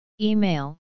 Email